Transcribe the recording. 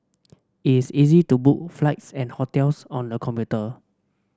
it is easy to book flights and hotels on the computer